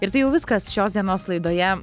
ir tai jau viskas šios dienos laidoje